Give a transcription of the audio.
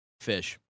Fish